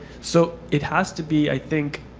so it has to be, i think,